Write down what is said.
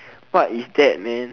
what is that man